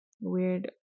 weird